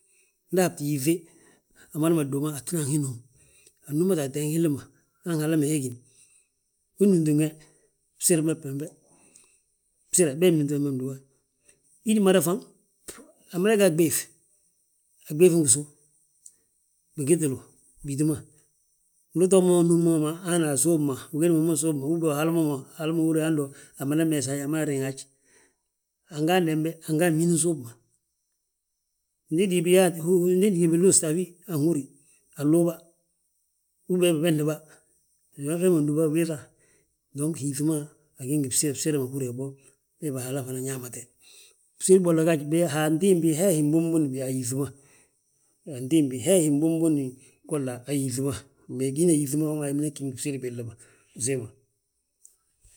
nda ahabti yíŧe amada duma, atinan hi núm, annúmate ateeg hilli ma, han hala ma he gíni; Wi nnúmtin we, bsire bembe, bsire bee númti bembe mdúba, hidi mada faŋ, Amada ga a giɓéŧ, a giɓéŧin gisu, wi gitilu bíti ma, ndu utoo mo unúm ma hana a suub ma; Ugéd ma mo suub ma halla uhal ma mo hala ma húri yaa hando amada meesa haj, amada riŋa haj; Anga handembe, anga nñin suub ma, ndi diibi yaate, ndi diibi luusta a wi anhúri, anluw bà, uben anbesdi bà, wee ma undúba ubiiŧa; Dong yíŧi ma, agí ngi bsire, bsiri ma húrin yaa bo, beebi Haala ma fana ñaamate. Bsiri bolla gaaj, be antimbi hee hi mbunbun bi a yíŧi ma, antimbi hee hi mbubun goll a yíŧi ma, me hina yíŧi mida gí ngi bsiri billi ma usiim ga?